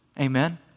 Amen